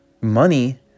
Money